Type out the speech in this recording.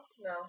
No